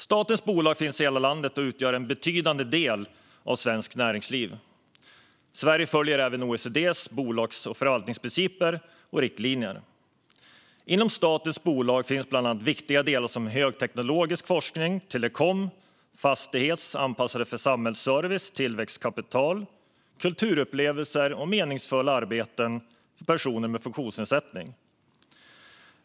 Statens bolag finns i hela landet och utgör en betydande del av svenskt näringsliv. Sverige följer även OECD:s bolags och förvaltningsprinciper och riktlinjer. Inom statens bolag finns bland annat viktiga verksamheter som högteknologisk forskning, telekom, fastigheter anpassade för samhällsservice, tillväxtkapital, kulturupplevelser och meningsfulla arbeten för personer med funktionsnedsättning.